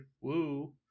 Woo